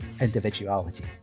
individuality